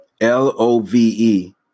L-O-V-E